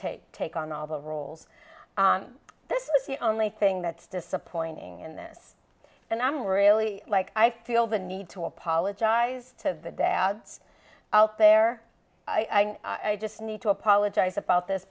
take take on all the roles this is the only thing that's disappointing in this and i'm really like i feel the need to apologize to the dads out there i just need to apologize about this